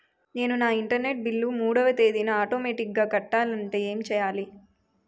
నేను నా internet bill మూడవ తేదీన ఆటోమేటిగ్గా కట్టాలంటే ఏం చేయాలి?